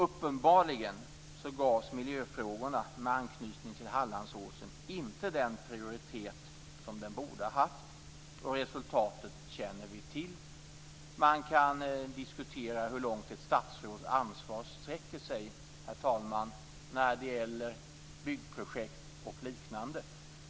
Uppenbarligen gavs miljöfrågorna med anknytning till Hallandsåsen inte den prioritet som de borde ha haft. Resultatet känner vi till. Man kan diskutera hur långt ett statsråds ansvar sträcker sig när det gäller byggprojekt och liknande.